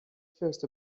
first